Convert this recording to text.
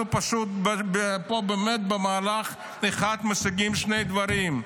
אנחנו פשוט באמת במהלך אחד משיגים שני דברים: